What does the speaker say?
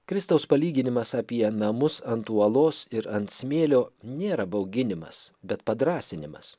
kristaus palyginimas apie namus ant uolos ir ant smėlio nėra bauginimas bet padrąsinimas